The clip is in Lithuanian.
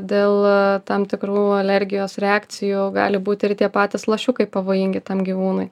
dėl tam tikrų alergijos reakcijų gali būti ir tie patys lašiukai pavojingi tam gyvūnui